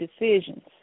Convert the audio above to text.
decisions